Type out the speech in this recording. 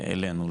אלינו,